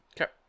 Okay